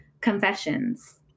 confessions